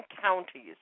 counties